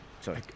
Sorry